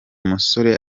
musore